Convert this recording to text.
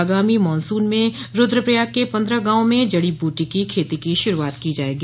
आगामी मानसून में रूद्रप्रयाग के पन्द्रह गावों में जडी बूटी की खेती की शुरूआत की जाएगी